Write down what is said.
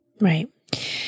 Right